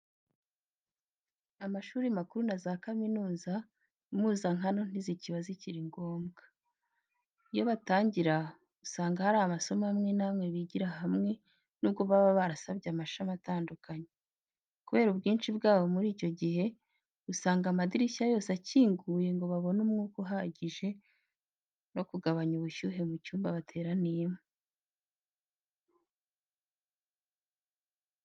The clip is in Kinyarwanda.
Amashuri makuru na za kaminuza, impuzankano ntizikiba zikiri ngombwa. Iyo batangira, usanga hari amasomo amwe bigira hamwe n'ubwo baba barasabye amashami atandukanye. Kubera ubwinshi bwabo muri icyo gihe, usanga amadirishya yose akinguye ngo babone umwuka uhagije no kugabanya ubushyuhe mu cyumba bateraniyemo.